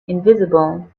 invisible